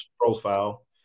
profile